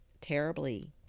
terribly